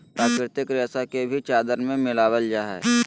प्राकृतिक रेशा के भी चादर में मिलाबल जा हइ